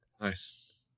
Nice